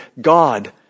God